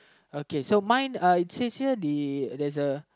okay so mine uh it says here the that's a